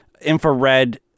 infrared